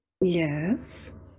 Yes